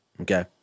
Okay